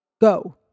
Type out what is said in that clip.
Go